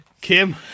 Kim